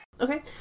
Okay